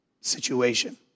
situation